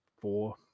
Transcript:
four